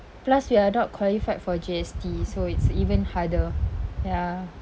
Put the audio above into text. plus we're not qualified for G_S_T so it's even harder ya